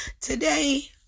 Today